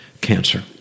cancer